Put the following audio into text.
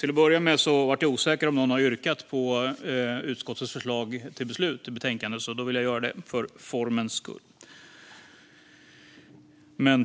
Fru talman! Jag är osäker på om någon har yrkat bifall till utskottets förslag till beslut i betänkandet. Därför vill jag göra det, för formens skull.